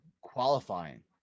qualifying